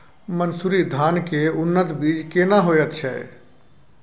मन्सूरी धान के उन्नत बीज केना होयत छै?